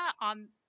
on